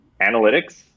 analytics